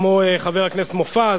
כמו חבר הכנסת מופז,